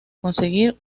conseguir